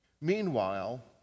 Meanwhile